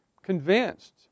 Convinced